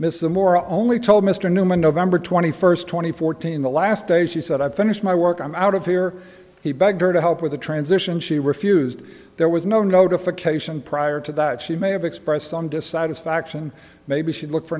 mr moore only told mr newman november twenty first twenty fourteen the last day she said i've finished my work i'm out of here he begged her to help with the transition she refused there was no notification prior to that she may have expressed some dissatisfaction maybe i should look for